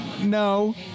No